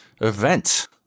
Event